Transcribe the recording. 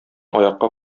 аякка